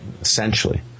Essentially